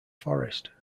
forest